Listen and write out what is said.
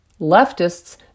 Leftists